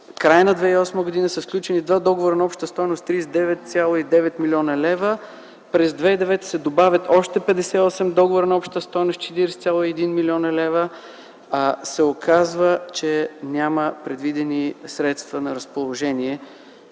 края на 2008 г. са сключени два договора на обща стойност 39,9 млн. лв. През 2009 г. се добавят още 58 договора на обща стойност 40,1 млн. лв., а се оказва, че няма предвидени средства на разположение